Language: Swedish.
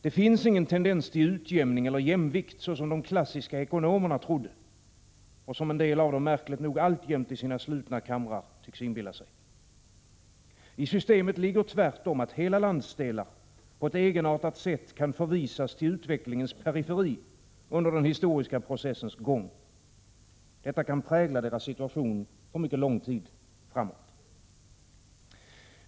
Det finns ingen tendens till utjämning eller jämvikt, som de klassiska ekonomerna trodde — och som en del märkligt nog alltjämt tycks inbilla sig i sina slutna kamrar. I systemet ligger tvärtom att hela landsdelar på ett egenartat sätt kan förvisas till utvecklingens periferi under den historiska processens gång. Detta kan prägla deras situation för mycket lång tid framöver.